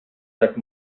that